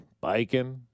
biking